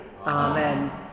Amen